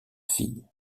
fille